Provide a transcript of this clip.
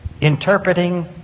interpreting